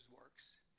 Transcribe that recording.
works